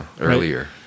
earlier